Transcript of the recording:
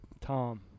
Tom